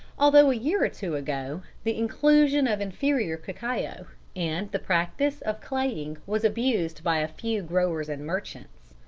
although a year or two ago the inclusion of inferior cacao and the practice of claying was abused by a few growers and merchants.